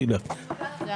תודה.